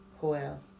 Joel